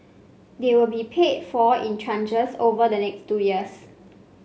they will be paid for in tranches over the next two years